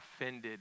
offended